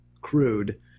crude